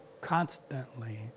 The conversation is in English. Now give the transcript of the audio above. constantly